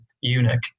eunuch